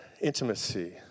intimacy